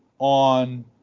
on